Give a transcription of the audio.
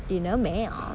in a man